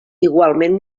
igualment